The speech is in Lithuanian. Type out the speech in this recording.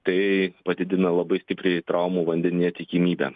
tai padidina labai stipriai traumų vandenyje tikimybę